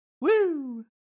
Woo